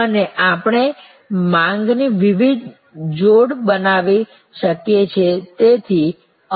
અને આપણે માંગની વિવિધ જોડ બનાવી શકીએ છીએ